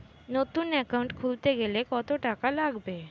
নতুন একাউন্ট খুলতে গেলে কত টাকা লাগবে?